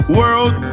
world